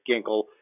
Ginkle